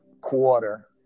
quarter